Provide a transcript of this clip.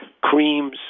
creams